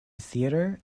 theatre